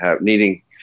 needing